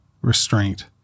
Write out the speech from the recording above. restraint